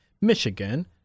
Michigan